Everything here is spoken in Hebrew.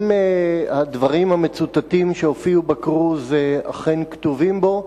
אם הדברים המצוטטים שהופיעו בכרוז אכן כתובים בו,